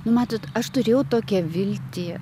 nu matot aš turėjau tokią viltį